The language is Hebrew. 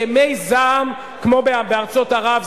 ימי זעם כמו בארצות ערב,